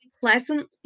pleasantly